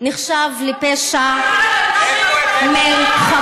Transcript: נחשב לפשע מלחמה.